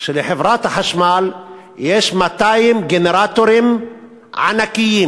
שלחברת החשמל יש 200 גנרטורים ענקיים